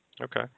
Okay